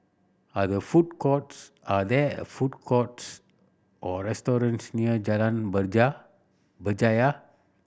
are there food courts are there food courts or restaurants near Jalan Berja Berjaya